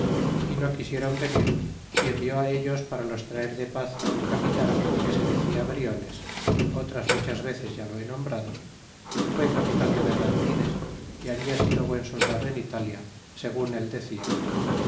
y no quisieron venir y envió á ellos para los traer de paz á un capitan que se decia briones otras muchas veces ya lo he nombrado que fue capitan de bergantines y habla sido buen soldado en italia segun él decia